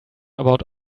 about